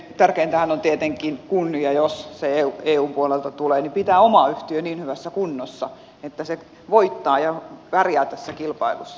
tärkeintähän on tietenkin kun ja jos se eun puolelta tulee pitää oma yhtiö niin hyvässä kunnossa että se voittaa ja pärjää tässä kilpailussa